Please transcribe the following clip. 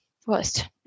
First